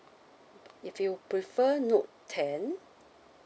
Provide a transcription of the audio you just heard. if you prefer note ten